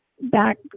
back